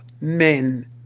men